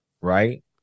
Right